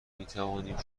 میتوانیم